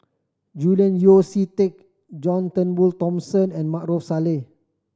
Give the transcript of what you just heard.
Julian Yeo See Teck John Turnbull Thomson and Maarof Salleh